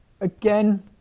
Again